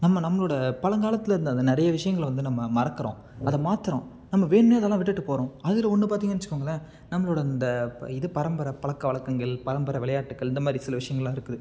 நம்ம நம்மளோடய பழங்காலத்துல இருந்த அந்த நிறைய விஷயங்களை வந்து நம்ம மறக்கிறோம் அதை மாத்துகிறோம் நம்ம வேணும்ன்னே அதெல்லாம் விட்டுட்டுப் போகிறோம் அதில் ஒன்று பார்த்தீங்கன்னு வெச்சுக்கோங்களேன் நம்மளோடய இந்த ப இது பரம்பர பழக்க வழக்கங்கள் பரம்பரை விளையாட்டுக்கள் இந்த மாதிரி சில விஷயங்கள்லாம் இருக்குது